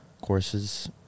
courses